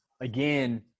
again